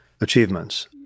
achievements